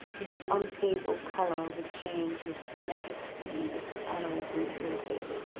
its unstable color would change with tremendous speed as the animal grew irritated,